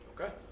Okay